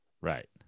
right